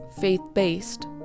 faith-based